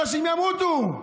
אנשים ימותו.